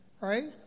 Right